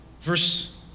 verse